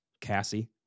Cassie